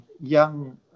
young